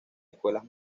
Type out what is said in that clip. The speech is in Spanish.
escuelas